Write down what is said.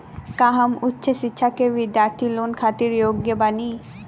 का हम उच्च शिक्षा के बिद्यार्थी लोन खातिर योग्य बानी?